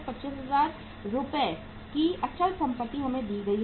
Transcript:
125000 रुपये की अचल संपत्ति हमें दी गई है